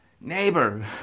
neighbor